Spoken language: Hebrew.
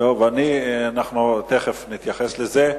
אנחנו מייד נתייחס לזה.